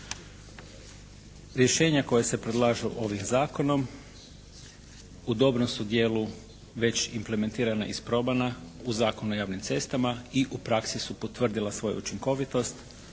Rješenja koja se predlažu ovim zakonom u dobrom su dijelu već implementirana isprobana u Zakonu o javnim cestama i u praksi su potvrdila svoju učinkovitost